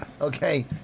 Okay